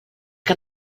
que